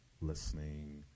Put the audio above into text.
listening